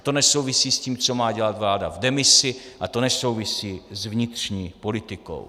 To nesouvisí s tím, co má dělat vláda v demisi, a to nesouvisí s vnitřní politikou.